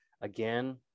again